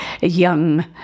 young